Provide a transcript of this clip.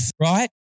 right